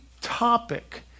topic